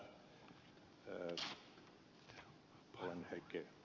herra puhemies